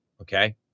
Okay